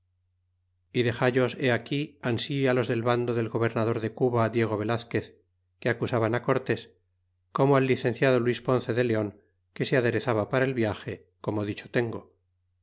y dexallos he aquí ansi los del vando del gobernador de cuba diego velazquez que acusaban cortés como al licenciado luis ponce de leon que se aderezaba para el viage como dicho tengo